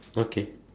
okay